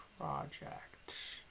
project?